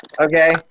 Okay